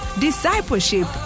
discipleship